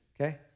Okay